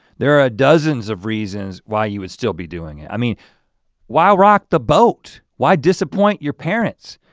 there are a dozens of reasons why you would still be doing it. i mean why rock the boat? why disappoint your parents?